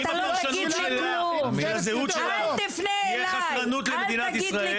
אם הפרשנות שלך של הזהות שלך יהיה חתרנות למדינת ישראל